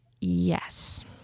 yes